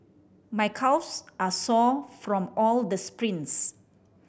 my calves are sore from all the sprints